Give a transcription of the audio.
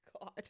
God